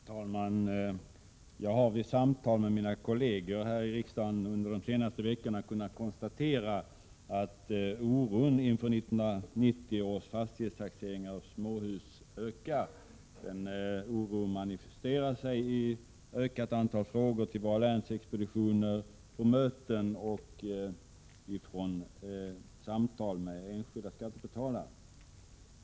Herr talman! Jag har vid samtal med mina kolleger här i riksdagen under de senaste veckorna kunnat konstatera att oron inför 1990 års fastighetstaxering av småhus ökar. Denna oro manifesteras i ett ökat antal frågor till våra länsexpeditioner, på möten och vid samtal med enskilda skattebetalare.